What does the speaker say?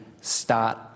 start